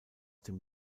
dem